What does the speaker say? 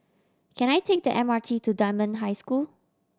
can I take the M R T to Dunman High School